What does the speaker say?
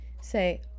say